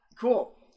cool